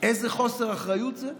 איזה חוסר אחריות זה?